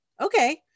okay